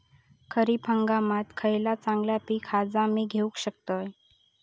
खरीप हंगामाक खयला चांगला पीक हा जा मी घेऊ शकतय?